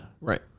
Right